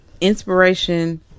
inspiration